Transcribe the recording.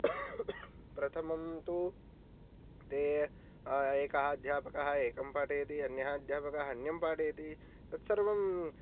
प्रथमं तु ते एकः अध्यापकः एकं पाठयति अन्यः अध्यापकः अन्यं पाठयति तत् सर्वं